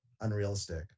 unrealistic